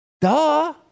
Duh